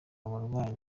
abarwaye